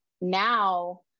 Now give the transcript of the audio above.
now